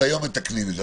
אז היום מתקנים את זה.